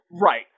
Right